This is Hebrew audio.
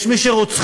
יש מי שרוצחים,